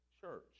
Church